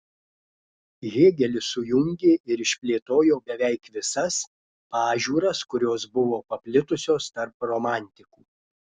hėgelis sujungė ir išplėtojo beveik visas pažiūras kurios buvo paplitusios tarp romantikų